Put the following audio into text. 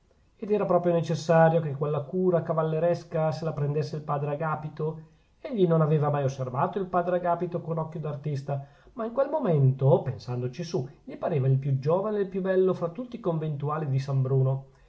ed era proprio necessario che quella cura cavalleresca se la prendesse il padre agapito egli non aveva mai osservato il padre agapito con occhio d'artista ma in quel momento pensandoci su gli pareva il più giovane e il più bello tra tutti i conventuali di san bruno